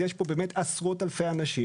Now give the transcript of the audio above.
אז יש פה עשרות אלפי אנשים.